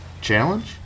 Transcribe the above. challenge